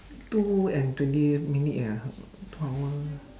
two and twenty minute ah two hour